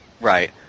Right